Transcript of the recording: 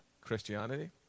Christianity